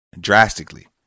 Drastically